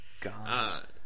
God